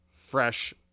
fresh